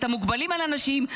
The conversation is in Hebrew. את המוגבלים על הנשים?